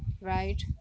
right